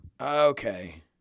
Okay